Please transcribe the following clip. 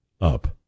up